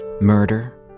Murder